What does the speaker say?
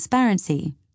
transparency